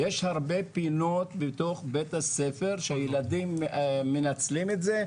יש הרבה פינות בתוך בית הספר שהילדים מנצלים את זה,